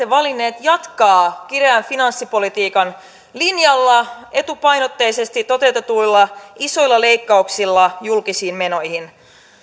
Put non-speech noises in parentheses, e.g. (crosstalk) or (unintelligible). (unintelligible) valinneet jatkaa kireän finanssipolitiikan linjalla etupainotteisesti toteutetuilla isoilla leikkauksilla julkisiin menoihin